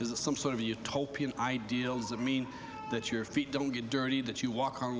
is this some sort of utopian ideals of mean that your feet don't get dirty that you walk on